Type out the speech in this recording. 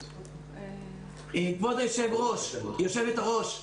כבוד יושבת הראש,